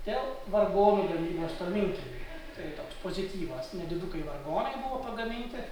dėl vargonų gamybos tolminkiemyje tai toks pozityvas nedidukai vargonai buvo pagaminti